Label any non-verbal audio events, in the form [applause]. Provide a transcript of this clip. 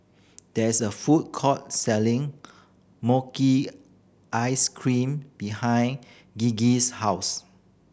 there is a food court selling [unintelligible] ice cream behind Gigi's house